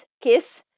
kiss